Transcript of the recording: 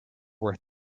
were